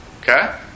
Okay